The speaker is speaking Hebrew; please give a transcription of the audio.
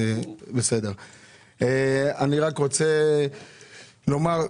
אני רק רוצה לומר,